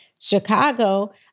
Chicago